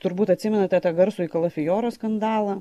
turbūt atsimenate tą garsųjį kalafioro skandalą